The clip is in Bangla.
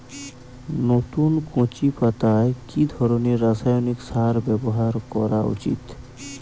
নতুন কচি পাতায় কি ধরণের রাসায়নিক সার ব্যবহার করা উচিৎ?